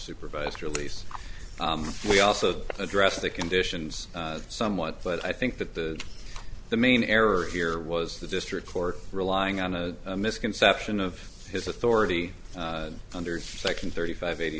supervised release we also address the conditions somewhat but i think that the the main error here was the district court relying on a misconception of his authority under section thirty five eighty